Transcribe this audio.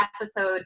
episode